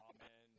Amen